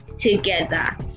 together